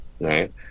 right